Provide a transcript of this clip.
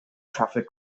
traffic